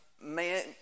Man